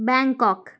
Bangkok